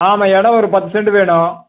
ஆமாம் இடம் ஒரு பத்து செண்ட்டு வேணும்